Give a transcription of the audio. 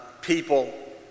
people